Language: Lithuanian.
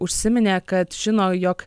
užsiminė kad žino jog